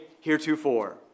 heretofore